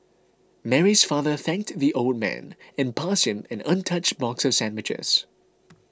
Mary's father thanked the old man and passed him an untouched box of sandwiches